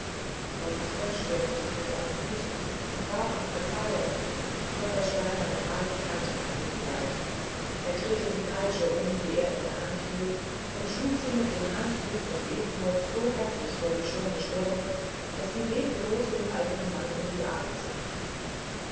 frau lisbeth stürzte zu seinen füßen und bat um verzeihung aber das steinerne herz kannte kein mitleid er drehte die peitsche um die er in der hand hielt und schlug sie mit dem handgriff von ebenholz so heftig vor die schöne stirne daß sie leblos dem alten mann in die arme sank